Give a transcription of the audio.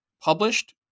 published